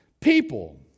people